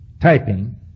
typing